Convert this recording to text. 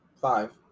Five